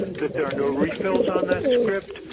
that there are no refills on that script,